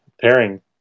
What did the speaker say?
pairing